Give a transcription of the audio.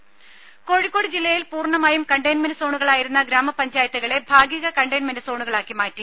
രെര കോഴിക്കോട് ജില്ലയിൽ പൂർണമായും കണ്ടെയ്മെന്റ് സോണുകളായിരുന്ന ഗ്രാമപഞ്ചായത്തുകളെ ഭാഗിക കണ്ടെയ്മെന്റ് സോണുകളാക്കി മാറ്റി